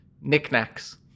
knickknacks